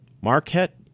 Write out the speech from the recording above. Marquette